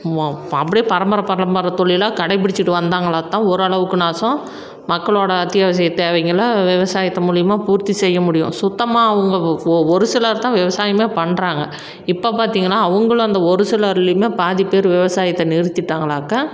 அப்படியே பரம்பர பரம்பர தொழிலாக கடைபிடிச்சிக்கிட்டு வந்தாங்களா தான் ஒரு அளவுக்குனாச்சும் மக்களோட அத்தியாவசிய தேவைகள விவசாயத்து மூலயமா பூர்த்தி செய்ய முடியும் சுத்தமாக அவங்க ஒரு சிலர் தான் விவசாயமே பண்ணுறாங்க இப்போ பார்த்திங்கன்னா அவங்களும் அந்த ஒரு சிலர்லையுமே பாதி பேர் விவசாயத்தை நிறுத்திட்டாங்களாக்கா